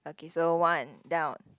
okay so one down